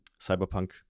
Cyberpunk